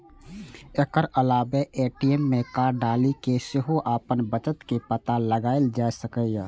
एकर अलावे ए.टी.एम मे कार्ड डालि कें सेहो अपन बचत के पता लगाएल जा सकैए